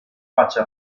faccia